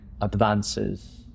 advances